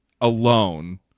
alone